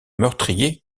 meurtrier